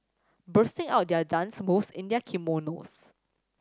busting out their dance moves in their kimonos